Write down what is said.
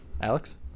Alex